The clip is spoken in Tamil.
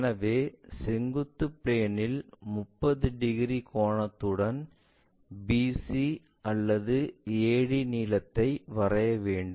எனவே செங்குத்து பிளேன் இல் 30 டிகிரி கோணத்துடன் BC அல்லது AD நீலத்தில் வரைய வேண்டும்